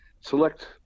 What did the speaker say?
select